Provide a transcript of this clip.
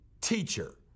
teacher